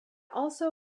also